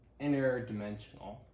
interdimensional